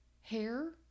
hair